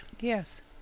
Yes